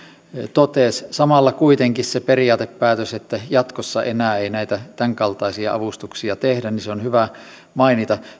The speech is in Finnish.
totesi samalla kuitenkin se periaatepäätös että jatkossa enää ei näitä tämänkaltaisia avustuksia tehdä on hyvä mainita